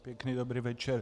Pěkný dobrý večer.